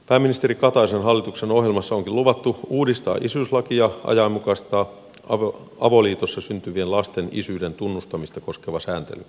pääministeri kataisen hallituksen ohjelmassa onkin luvattu uudistaa isyyslakia ja ajanmukaistaa avoliitossa syntyvien lasten isyyden tunnustamista koskeva sääntely